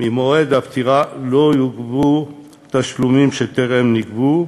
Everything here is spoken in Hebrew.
ממועד הפטירה לא ייגבו תשלומים שטרם נגבו,